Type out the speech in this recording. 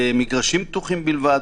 מגרשים פתוחים בלבד,